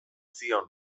zion